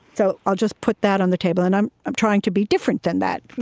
so i'll just put that on the table. and i'm i'm trying to be different than that,